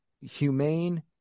humane